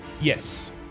Yes